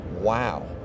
wow